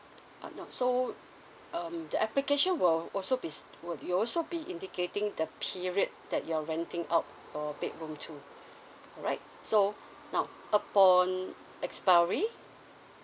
uh now so um the application will also be s~ would it also be indicating the period that you're renting out your bedroom to alright so now upon expiry